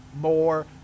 more